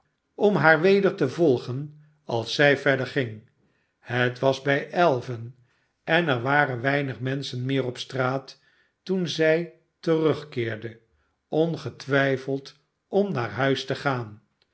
om haar weder te volgen als zij verder ging het was bij elven en er waren wemig menschen meer op straat toen zij terugkeerde ongetwijfeld om naar huis te gaan